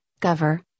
cover